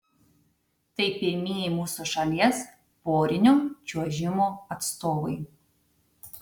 tai pirmieji mūsų šalies porinio čiuožimo atstovai